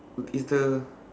is the